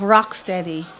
Rocksteady